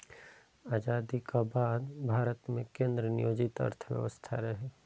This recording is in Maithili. आजादीक बाद भारत मे केंद्र नियोजित अर्थव्यवस्था रहै